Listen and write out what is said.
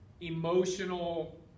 emotional